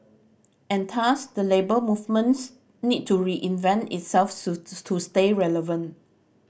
and thus the Labour Movements need to reinvent itself to stay relevant